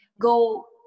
go